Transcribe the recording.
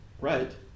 right